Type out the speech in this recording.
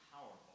powerful